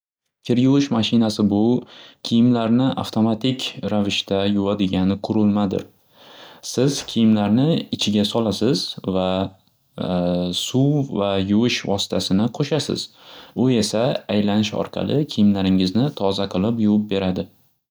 Kir yuvish mashinasini bu kiyimlarni avtomatik ravishda yuvadiga qurilmadir. Siz kiyimlarni ichiga solasz va suv va yuvish vositasini qo'shasz u esa aylanish orqali kiyimlaringizni toza qilib yuvib beradi.